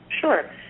Sure